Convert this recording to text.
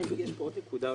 יש פה עוד נקודה.